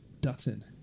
Dutton